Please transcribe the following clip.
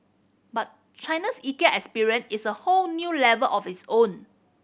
but China's Ikea experience is a whole new level of its own